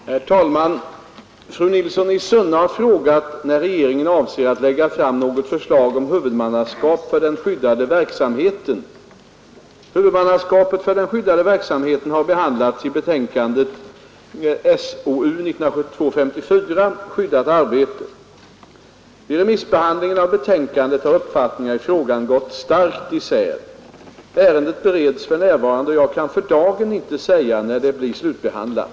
Herr talman! Fru Nilsson i Sunne har frågat när regeringen avser att lägga fram något förslag om huvudmannaskapet för den skyddade verksamheten. Huvudmannaskapet för den skyddade verksamheten har behandlats i betänkandet Skyddat arbete . Vid remissbehandlingen av betänkandet har uppfattningarna i frågan gått starkt isär. Ärendet bereds för närvarande, och jag kan för dagen inte säga när det blir slutbehandlat.